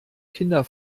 kinder